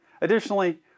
Additionally